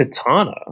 Katana